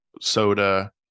soda